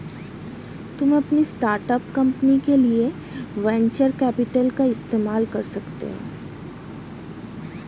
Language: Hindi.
तुम अपनी स्टार्ट अप कंपनी के लिए वेन्चर कैपिटल का इस्तेमाल कर सकते हो